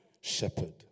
shepherd